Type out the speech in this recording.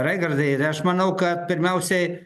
raigardai ir aš manau kad pirmiausiai